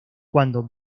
cuando